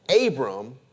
Abram